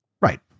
Right